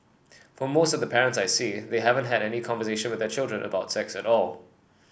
for most of the parents I see they haven't had any conversation with their children about sex at all